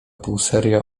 półserio